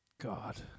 God